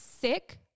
sick